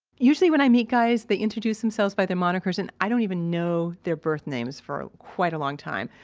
usually when i meet guys, they introduce themselves by their monikers and i don't even know their birth names for quite a long time.